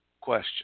question